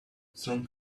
strong